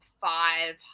five